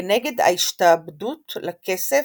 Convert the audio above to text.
כנגד ההשתעבדות לכסף,